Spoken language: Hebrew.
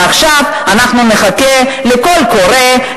ועכשיו אנחנו נחכה לקול קורא,